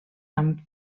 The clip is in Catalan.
amb